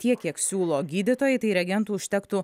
tiek kiek siūlo gydytojai tai reagentų užtektų